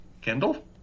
Kendall